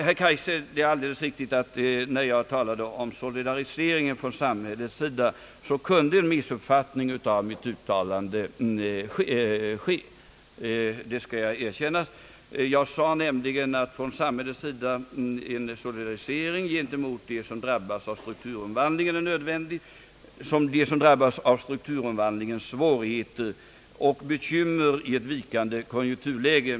Det är alldeles riktigt, herr Kaijser, att mitt uttalande om solidariseringen från samhällets sida kunde missuppfattas, det skall jag erkänna. Jag sade nämligen att från samhällets sida en solidarisering var nödvändig gentemot dem som drabbas av strukturomvandlingens svårigheter och bekymmer i ett vikande konjunkturläge.